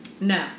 No